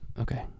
Okay